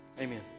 amen